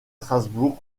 strasbourg